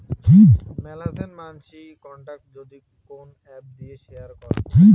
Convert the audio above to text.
মেলাছেন মানসি কন্টাক্ট যদি কোন এপ্ দিয়ে শেয়ার করাং